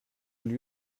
lui